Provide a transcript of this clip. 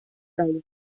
dalí